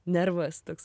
nervas toks